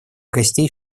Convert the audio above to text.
гостей